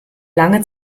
lange